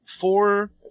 four